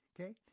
okay